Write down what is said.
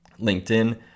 LinkedIn